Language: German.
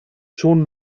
schon